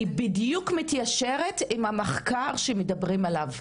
היא בדיוק מתיישרת עם המחקר שמדברים עליו.